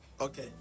Okay